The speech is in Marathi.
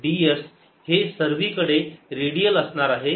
Ds हे सर्वीकडे रेडियल असणार आहे